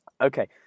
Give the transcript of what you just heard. okay